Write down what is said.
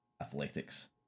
Athletics